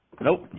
Nope